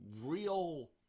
real